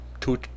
Two